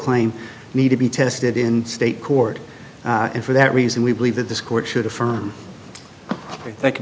claim need to be tested in state court and for that reason we believe that this court should affirm tha